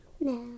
No